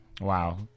Wow